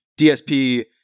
DSP